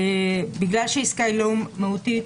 בגלל שעסקה היא לא מהותית,